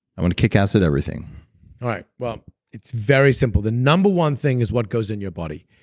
i want to kick ass at everything all right, well, it's very simple. the number one thing is what goes in your body.